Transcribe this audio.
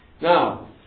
Now